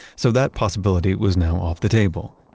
so that possibility was now off the table.